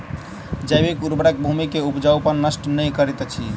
जैविक उर्वरक भूमि के उपजाऊपन नष्ट नै करैत अछि